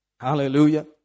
Hallelujah